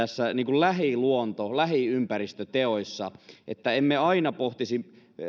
lähiluonto lähiympäristöteoissa että emme aina pohtisi